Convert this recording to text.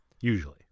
Usually